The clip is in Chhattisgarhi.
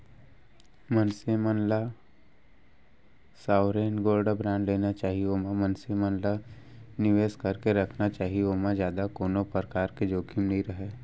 मनसे मन ल सॉवरेन गोल्ड बांड लेना चाही ओमा मनसे मन ल निवेस करके रखना चाही ओमा जादा कोनो परकार के जोखिम नइ रहय